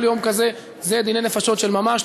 כל יום כזה זה דיני נפשות של ממש.